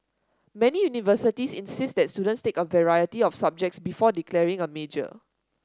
many universities insist that students take a variety of subjects before declaring a major